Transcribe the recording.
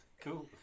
Cool